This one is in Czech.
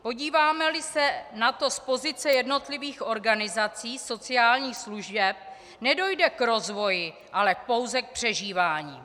Podívámeli se na to z pozice jednotlivých organizací sociálních služeb, nedojde k rozvoji, ale pouze k přežívání.